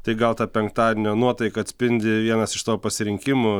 tai gal tą penktadienio nuotaiką atspindi vienas iš to pasirinkimų